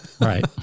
Right